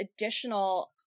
additional